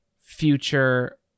future